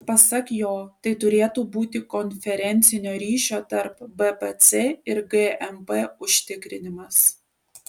pasak jo tai turėtų būti konferencinio ryšio tarp bpc ir gmp užtikrinimas